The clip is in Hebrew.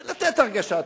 כדי לתת הרגשה טובה,